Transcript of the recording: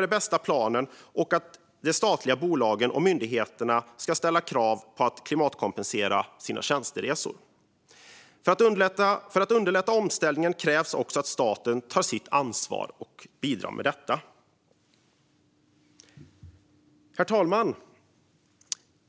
de bästa planen och att statliga bolag och myndigheter ska ställa krav på och klimatkompensera sina tjänsteresor. För att underlätta omställningen krävs också att staten tar sitt ansvar och bidrar. Herr talman!